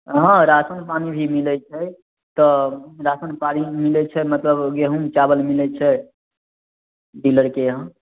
हँ रासन पानि भी मिलैत छै तब रासन पानि मिलैत छै मतलब गेहुँम चावल मिलैत छै डीलरके यहाँ